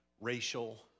racial